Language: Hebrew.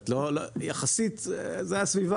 יחסית זה היה סביבה